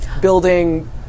Building